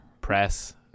press